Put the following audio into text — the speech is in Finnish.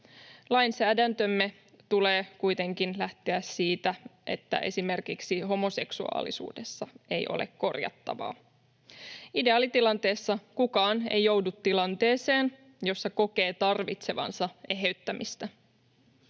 Lainsäädäntömme tulee kuitenkin lähteä siitä, että esimerkiksi homoseksuaalisuudessa ei ole korjattavaa. Ideaalitilanteessa kukaan ei joudu tilanteeseen, jossa kokee tarvitsevansa eheyttämistä.